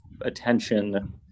attention